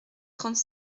trente